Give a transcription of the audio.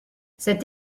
cet